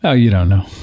ah you don't know.